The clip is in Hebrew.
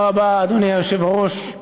אדוני היושב-ראש,